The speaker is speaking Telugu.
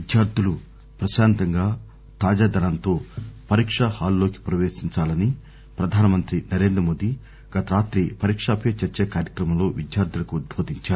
విద్యార్థులు ప్రశాంతంగా తాజాదనంతో పరీకా హాల్ లోకి ప్రవేశించాలని ప్రధానమంత్రి నరేంద్ర మోదీ గత రాత్రి పరీకా పీ చర్చా కార్యక్రమంలో విద్యార్థులకు ఉద్బోదించారు